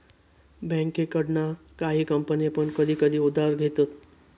बँकेकडना काही कंपने पण कधी कधी उधार घेतत